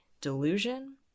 Delusion